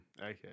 okay